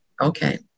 okay